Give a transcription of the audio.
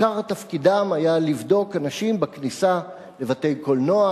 עיקר תפקידן היה לבדוק אנשים בכניסה לבתי-קולנוע,